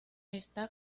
está